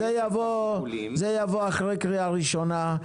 זה יבוא אחרי קריאה ראשונה.